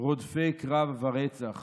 רודפי קרב ורצח /